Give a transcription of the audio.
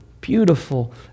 beautiful